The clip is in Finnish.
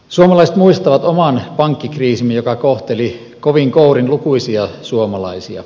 suomalaiset muistavat oman pankkikriisimme joka kohteli kovin kourin lukuisia suomalaisia